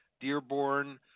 Dearborn